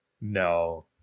No